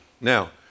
Now